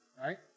right